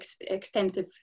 extensive